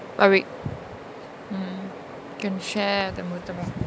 oh wait mm can share them with the murtabak